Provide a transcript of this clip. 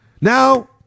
Now